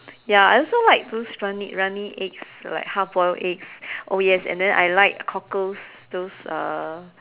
ya I also like the those runny runny eggs like half full eggs and then oh yes and then I like cockles those uh